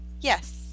yes